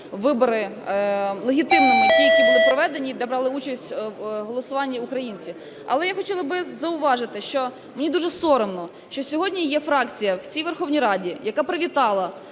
вибори легітимними ті, які були проведені та брали участь в голосуванні українці. Але я хотіла би зауважити, що мені дуже соромно, що сьогодні є фракція в цій Верховній Раді, яка привітала